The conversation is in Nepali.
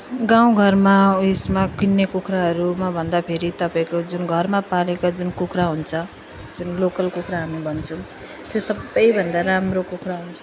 गाउँघरमा उयसमा किन्ने कुखुराहरूमा भन्दाफेरि तपाईँको जुन घरमा पालेका जुन कुखुरा हुन्छ जुन लोकल कुखुरा हामी भन्छौँ त्यो सबभन्दा राम्रो कुखुरा हुन्छ